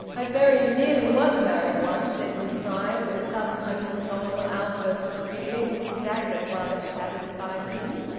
i very nearly was married once! edwin cried, with a sudden uncontrollable outburst of feeling which staggered while it satisfied him.